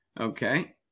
Okay